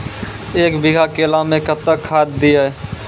एक बीघा केला मैं कत्तेक खाद दिये?